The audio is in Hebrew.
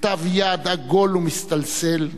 בכתב יד עגול ומסתלסל,